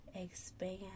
expand